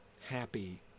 happy